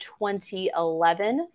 2011